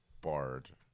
bard